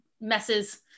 messes